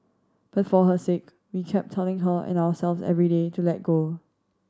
but for her sake we kept telling her and ourselves every day to let go